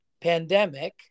pandemic